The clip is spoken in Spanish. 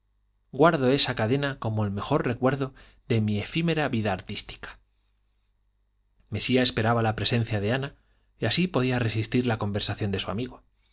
guardo esa cadena como el mejor recuerdo de mi efímera vida artística mesía esperaba la presencia de ana y así podía resistir la conversación de su amigo